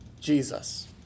Jesus